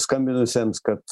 skambinusiems kad